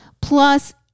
Plus